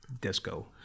disco